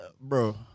Bro